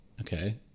Okay